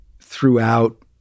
throughout